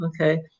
okay